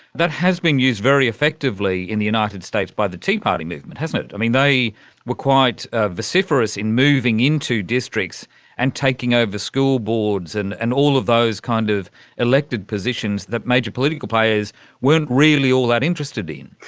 that has been used very effectively in the united states by the tea party movement, hasn't it. they were quite ah vociferous in moving into districts and taking over school boards and and all of those kind of elected positions that major political players weren't really all that interested in.